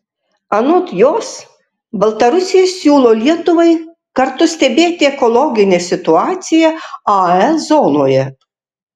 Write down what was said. anot jos baltarusija siūlo lietuvai kartu stebėti ekologinę situaciją ae zonoje